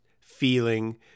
feeling